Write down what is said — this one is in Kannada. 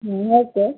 ಹ್ಞೂ ಓಕೆ